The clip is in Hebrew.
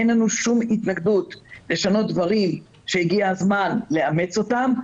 אין לנו שום התנגדות לשנות דברים שהגיע הזמן לאמץ אותם,